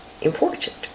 important